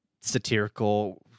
satirical